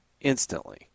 instantly